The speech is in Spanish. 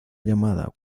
llamada